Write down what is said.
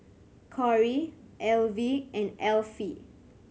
Corrie Alvie and Alfie